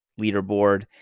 leaderboard